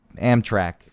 Amtrak